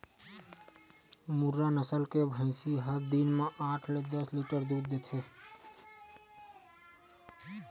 मुर्रा नसल के भइसी ह दिन म आठ ले दस लीटर तक दूद देथे